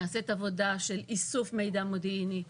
נעשית עבודה של איסוף מידע מודיעיני,